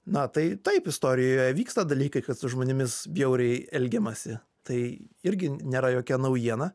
na tai taip istorijoje vyksta dalykai kad su žmonėmis bjauriai elgiamasi tai irgi nėra jokia naujiena